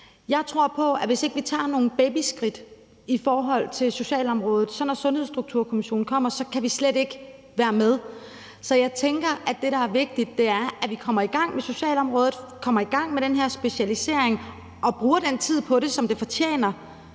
Jeg tror på, at hvis ikke vi tager nogle babyskridt i forhold til socialområdet, kan vi slet ikke være med, når Sundhedsstrukturkommissionen kommer. Så jeg tænker, at det, der er vigtigt, er, at vi kommer i gang med socialområdet og kommer i gang med den her specialisering og bruger den tid på det, som det fortjener,